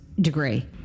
degree